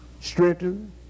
strengthen